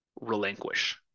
relinquish